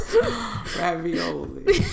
Ravioli